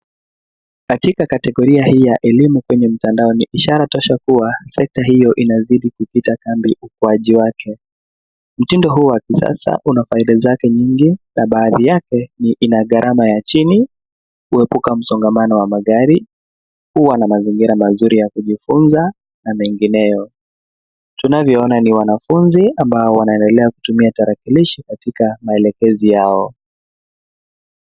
Katika kategoria hii ya elimu kwenye mtandao, ni ishara tosha kuwa sekta hio inazidi kupita kambi ukuaji wake. Mtindo huu wa kisasa una faida zake nyingi na baadhi yake ina gharama ya chini kuepuka msongamano wa magari, kuwa na mazingira mazuri ya kujifunza na mengineyo. Tunavyoona ni wanafunzi ambao wanaendelea kutumia tarakilishi katika maelekezi yao.